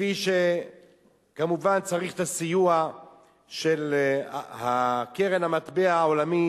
כפי שכמובן צריך את הסיוע של קרן המטבע הבין-לאומית